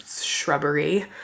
shrubbery